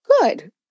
Good